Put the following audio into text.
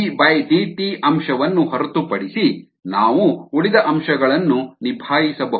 dVdt ಅಂಶವನ್ನು ಹೊರತುಪಡಿಸಿ ನಾವು ಉಳಿದ ಅಂಶಗಳನ್ನು ನಿಭಾಯಿಸಬಹುದು